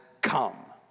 come